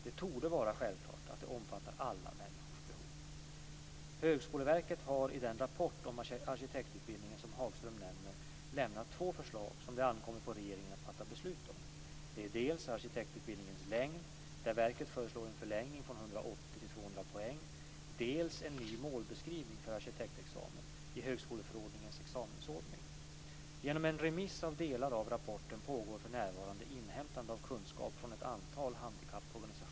Det torde vara självklart att det omfattar alla människors behov. Högskoleverket har i den rapport om arkitektutbildningen som Hagström nämner lämnat två förslag som det ankommer på regeringen att fatta beslut om. Det är dels arkitektutbildningens längd, där verket föreslår en förlängning från 180 till 200 poäng, dels en ny målbeskrivning för arkitektexamen i högskoleförordningens examensordning. Genom en remiss av delar av rapporten pågår för närvarande inhämtande av kunskap från ett antal handikapporganisationer.